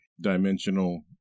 dimensional